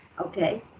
okay